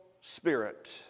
spirit